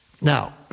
Now